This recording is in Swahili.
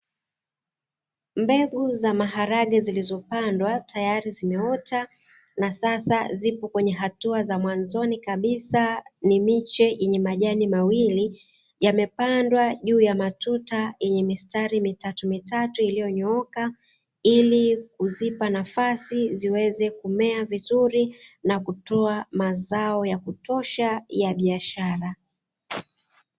Mbegu za maharage zilizopandwa, tayari zimeota. Na sasa zipo kwenye hatua za mwanzoni kabisa, ni miche yenye majani mawili. Yamepandwa juu ya matuta yenye mistari mitatu mitatu iliyonyooka, ili kuzipa nafasi ziweze kumea vizuri na kutoa mazao yakutosha ya biashara.